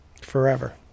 forever